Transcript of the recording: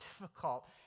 difficult